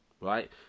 Right